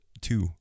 two